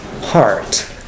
heart